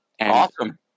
Awesome